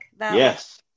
yes